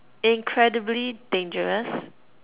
incredibly dangerous